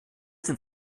sind